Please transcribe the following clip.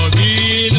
e